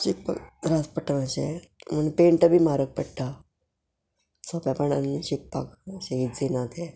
शिकपाक त्रास पडटा अशें म्हण पेंट बी म्हारग पडटा सोंपेपणान शिकपाक अशें इज्जी ना तें